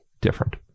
different